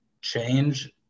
change